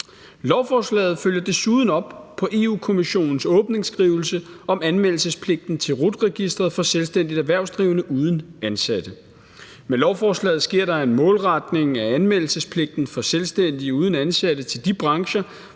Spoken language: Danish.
Lovforslaget følger desuden op på Europa-Kommissionens åbningsskrivelse om anmeldelsespligten til RUT-registeret for selvstændigt erhvervsdrivende uden ansatte. Med lovforslaget sker der en målretning af anmeldelsespligten for selvstændige uden ansatte til de brancher,